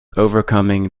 overcoming